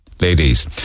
ladies